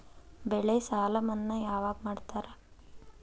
ಬೆಳೆ ಸಾಲ ಮನ್ನಾ ಯಾವಾಗ್ ಮಾಡ್ತಾರಾ?